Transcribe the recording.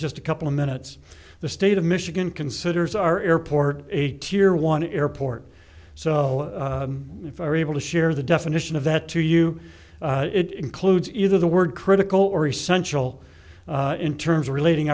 just a couple of minutes the state of michigan considers our airport a tier one airport so if i were able to share the definition of that to you it includes either the word critical or essential in terms relating